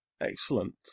Excellent